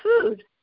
food